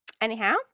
anyhow